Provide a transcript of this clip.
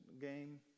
game